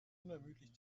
unermüdlich